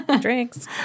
drinks